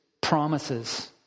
promises